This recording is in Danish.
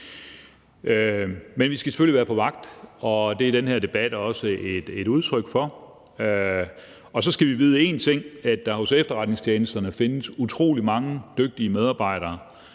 Men vi skal selvfølgelig være på vagt, og det er den her debat også et udtryk for. Og så skal vi vide én ting: at der hos efterretningstjenesterne findes utrolig mange dygtige medarbejdere,